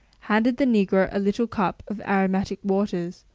handed the negro a little cup of aromatic waters,